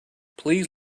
please